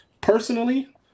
personally